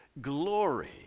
glory